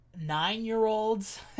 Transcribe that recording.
nine-year-olds